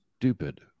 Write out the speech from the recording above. stupid